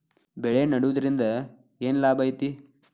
ಬೆಳೆ ನೆಡುದ್ರಿಂದ ಏನ್ ಲಾಭ ಐತಿ?